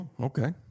Okay